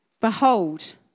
behold